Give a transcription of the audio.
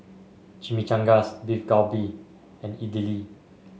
Chimichangas Beef Galbi and Idili